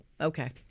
Okay